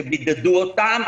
שבידדו אותה.